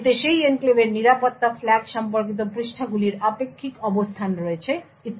এতে সেই এনক্লেভের নিরাপত্তা ফ্ল্যাগ সম্পর্কিত পৃষ্ঠাগুলির আপেক্ষিক অবস্থান রয়েছে ইত্যাদি